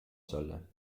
solle